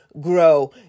grow